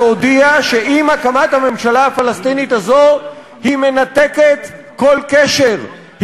היא הודיעה שעם הקמת הממשלה הפלסטינית הזו היא מנתקת כל קשר,